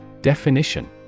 Definition